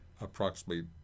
approximately